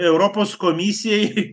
europos komisijai